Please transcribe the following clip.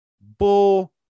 Bull